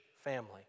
family